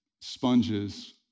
sponges